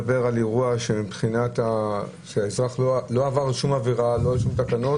אירוע שהאזרח לא עבר שום עבירה על תקנות